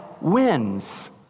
wins